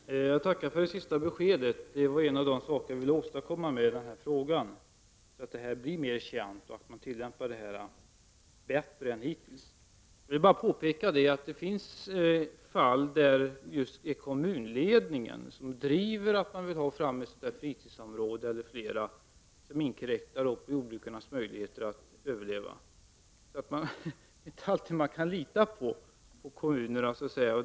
Herr talman! Jag tackar för det senaste beskedet. Bättre information var en av de saker som jag ville åstadkomma genom att ställa denna fråga, så att det hela blir mer känt och tillämpningen blir bättre än hittills. Jag vill bara påpeka att det finns fall där just kommunledningen driver frågan om fritidsområden som inkräktar på jordbrukarnas möjlighet att bedriva sin näring. Det är alltså inte alltid man kan lita på kommunerna, så att säga.